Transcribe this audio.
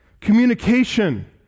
communication